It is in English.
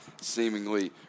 seemingly